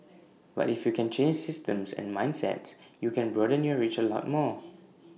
but if you can change systems and mindsets you can broaden your reach A lot more